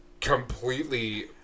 completely